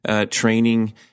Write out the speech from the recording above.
training